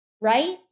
right